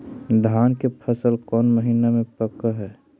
धान के फसल कौन महिना मे पक हैं?